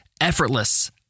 Effortless